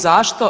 Zašto?